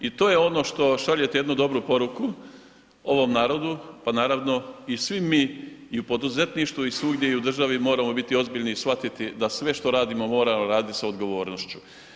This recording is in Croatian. I to je ono što šaljete jednu poruku ovom narodu pa naravno i svi mi u poduzetništvu i svugdje i u državi moramo biti ozbiljni i shvatiti da sve što radimo moramo raditi sa odgovornošću.